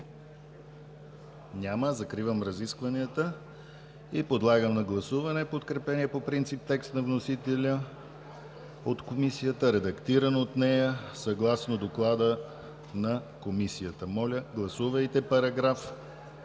Няма. Закривам разискванията. Подлагам на гласуване подкрепения по принцип текст на вносителя от Комисията, редактиран от нея, съгласно Доклада на Комисията. Моля, гласувайте Параграф